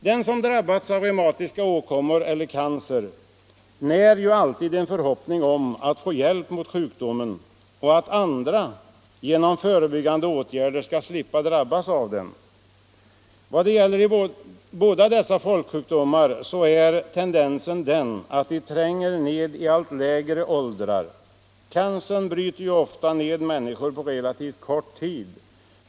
Den som drabbats av reumatiska åkommor eller cancer när ju alltid en förhoppning om att få hjälp mot sjukdomen och att andra genom förebyggande åtgärder skall slippa drabbas av den. När det gäller båda dessa folksjukdomar är tendensen att de tränger ned i allt lägre åldrar. Cancern bryter ju ofta ned människor på relativt kort tid.